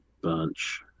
Bunch